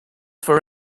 for